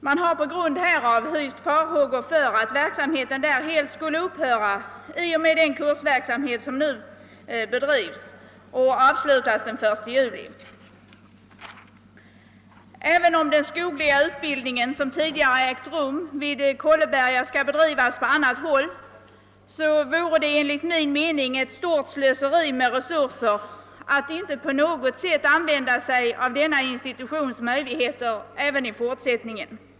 Man har på grund härav hyst farhågor för att verksamheten där helt skulle upphöra i och med att den kursverksamhet som nu bedrivs kommer att avslutas nämnda datum. även om den skogliga utbildning som tidigare har ägt rum vid Kolleberga skall bedrivas på annat håll, vore det enligt min mening ett stort slöseri med resurser att inte på något sätt använda sig av denna institutions möjligheter även i fortsättningen.